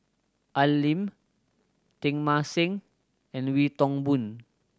Al Lim Teng Mah Seng and Wee Toon Boon